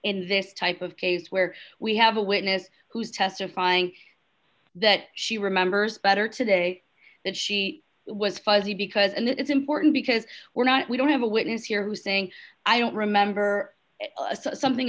in this type of case where we have a witness who's testifying that she remembers better today that she was fuzzy because and that is important because we're not we don't have a witness here who's saying i don't remember something